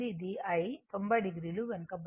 ఇది I 90 o వెనుకబడి ఉంది